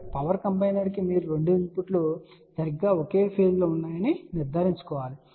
కాబట్టి power combiner కి మీరు 2 ఇన్పుట్లు సరిగ్గా ఒకే ఫేజ్ లో ఉన్నాయని నిర్ధారించుకోవాలి